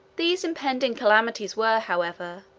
these impending calamities were, however,